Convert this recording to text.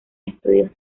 estudios